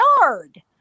yard